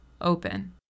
open